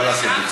מה לעשות, זו